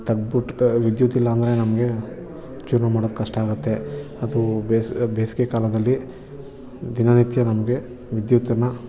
ತೆಗ್ದು ಬಿಟ್ಟು ವಿದ್ಯುತ್ತಿಲ್ಲಾಂದ್ರೆ ನಮಗೆ ಜೀವನ ಮಾಡೋದು ಕಷ್ಟಾಗತ್ತೆ ಅದು ಬೇಸಿ ಬೇಸಿಗೆಕಾಲದಲ್ಲಿ ದಿನನಿತ್ಯ ನಮಗೆ ವಿದ್ಯುತ್ತನ್ನು